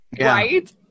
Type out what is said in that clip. Right